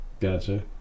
Gotcha